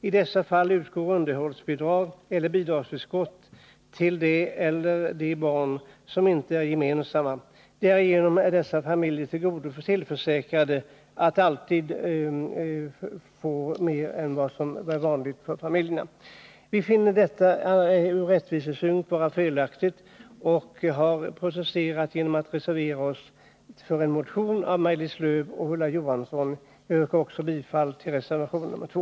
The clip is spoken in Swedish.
I dessa fall utgår underhållsbidrag eller bidragsförskott till det eller de barn som inte är gemensamma. Därigenom är dessa familjer tillförsäkrade att alltid få mer än vad som gäller för familjer i övrigt. Vi finner detta ur rättvisesynpunkt vara felaktigt och har protesterat genom att reservera oss för en motion av Maj-Lis Lööw och Ulla Johansson. Jag yrkar bifall också till vår reservation nr 2.